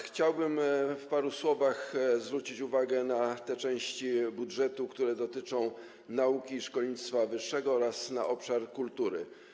Chciałbym w paru słowach zwrócić uwagę na te części budżetu, które dotyczą nauki i szkolnictwa wyższego oraz obszaru kultury.